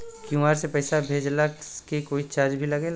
QR से पैसा भेजला के कोई चार्ज भी लागेला?